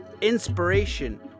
inspiration